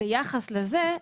ביחס לזה,